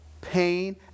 pain